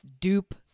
dupe